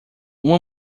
uma